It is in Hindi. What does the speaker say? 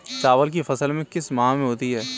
चावल की फसल किस माह में होती है?